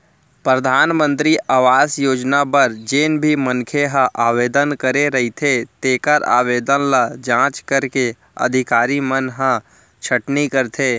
परधानमंतरी आवास योजना बर जेन भी मनखे ह आवेदन करे रहिथे तेखर आवेदन ल जांच करके अधिकारी मन ह छटनी करथे